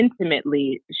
intimately